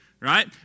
Right